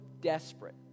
desperate